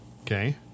Okay